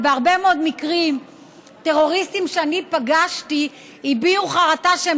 בהרבה מאוד מקרים טרוריסטים שאני פגשתי הביעו חרטה שהם